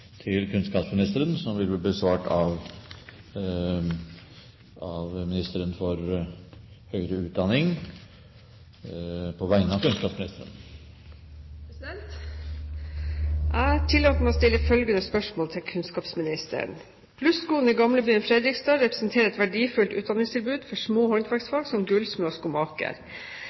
til kunnskapsministeren, vil bli besvart av forsknings- og høyere utdanningsministeren på vegne av kunnskapsministeren. Jeg tillater meg å stille følgende spørsmål til kunnskapsministeren: «Plus-Skolen i Gamlebyen/Fredrikstad representerer et verdifullt utdanningstilbud for små håndverksfag som gullsmed og skomaker.